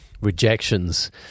rejections